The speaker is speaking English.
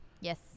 Yes